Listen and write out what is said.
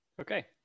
Okay